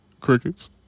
Crickets